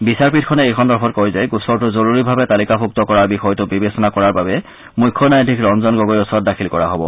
বিচাৰপীঠখনে এই সন্দৰ্ভত কয় যে গোচৰটো জৰুৰীভাৱে তালিকাভুক্ত কৰাৰ বিষয়টো বিবেচনা কৰাৰ বাবে মুখ্য ন্যায়াধীশ ৰঞ্জন গগৈৰ ওচৰত দাখিল কৰা হব